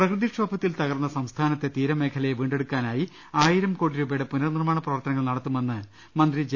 പ്രകൃതിക്ഷോഭത്തിൽ തകർന്ന സംസ്ഥാനത്തെ തീരമേഖലയെ വീണ്ടെടുക്കാനായി ആയിരം കോടി രൂപയുടെ പുനർനിർമാണ പ്രവർത്തനങ്ങൾ നടത്തുമെന്ന് മന്ത്രി ജെ